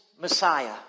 Messiah